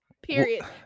period